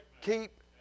keep